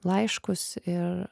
laiškus ir